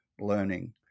learning